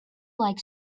like